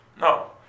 No